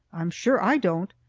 i'm sure i don't.